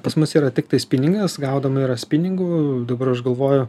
pas mus yra tiktais spiningas gaudoma yra spiningu dabar aš galvoju